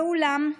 ואולם,